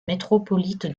métropolite